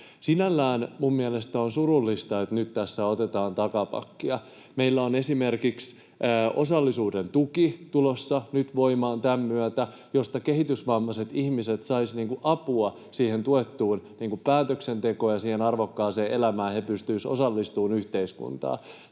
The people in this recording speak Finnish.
Sinällään mielestäni on surullista, että nyt tässä otetaan takapakkia. Meillä on esimerkiksi tulossa nyt tämän myötä voimaan osallisuuden tuki, josta kehitysvammaiset ihmiset saisivat apua tuettuun päätöksentekoon ja arvokkaaseen elämään, ja he pystyisivät osallistumaan yhteiskuntaan.